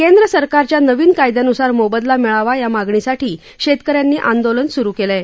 केंद्र सरकारच्या नविन कायदयान्सार मोबदला मिळावा या मागणीसाठी शेतकऱ्यांनी आंदोलन सुरू केलं आहे